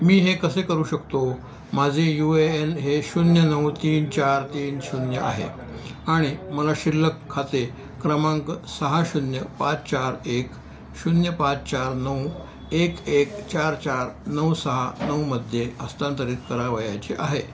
मी हे कसे करू शकतो माझे यू ए एन हे शून्य नऊ तीन चार तीन शून्य आहे आणि मला शिल्लक खाते क्रमांक सहा शून्य पाच चार एक शून्य पाच चार नऊ एक एक चार चार नऊ सहा नऊमध्ये हस्तांतरित करावयाची आहे